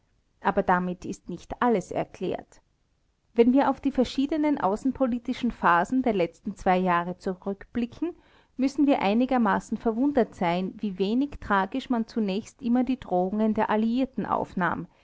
aber damit ist nicht alles erklärt wenn wir auf die verschiedenen außenpolitischen phasen der letzten zwei jahre zurückblicken müssen wir einigermaßen verwundert sein wie wenig tragisch man zunächst immer die drohungen der alliierten aufnahm